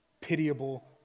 pitiable